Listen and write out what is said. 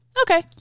Okay